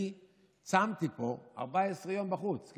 אני צמתי פה 14 יום בחוץ.